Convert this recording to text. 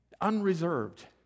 unreserved